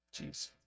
Jeez